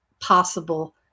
possible